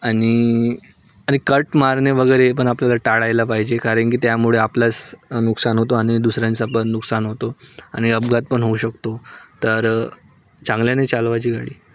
आणि आणि कट मारणे वगैरे पण आपल्याला टाळायला पाहिजे काणन की त्यामुळे आपलाच नुकसान होतो आणि दुसऱ्यांचा पण नुकसान होतो आणि अपघात पण होऊ शकतो तर चांगल्याने चालवायची गाडी